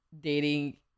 dating